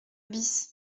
bis